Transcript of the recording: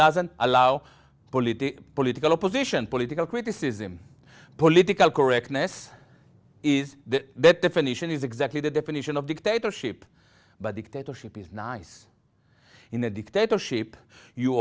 doesn't allow political political opposition political criticism political correctness is the definition is exactly the definition of dictatorship but dictatorship is nice in a dictatorship you